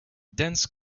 dense